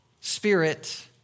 Spirit